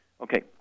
Okay